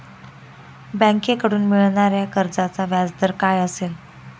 बँकेकडून मिळणाऱ्या कर्जाचा व्याजदर काय असेल?